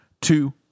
two